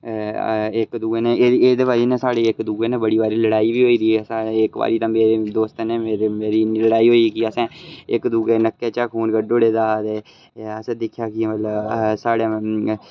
इक दुए ने एह्दी एह्दी वजह् साढ़ी कन्नै इक दुए कन्नै बड़ी बारी लड़ाई बी होई दी ऐ साढ़ी इक बारी ते मेरे दोस्तें ने मेरी मेरी इन्नी लड़ाई होई कि असें इक दुए दे नक्कै चा खून कड्ढी ओड़े दा ते असें दिक्खेआ कि मतलब साढ़ै